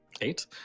Eight